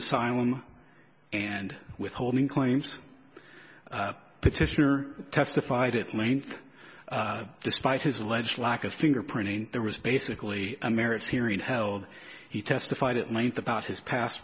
asylum and withholding claims petitioner testified at length despite his alleged lack of fingerprinting there was basically a merits hearing held he testified at length about his past